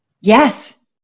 Yes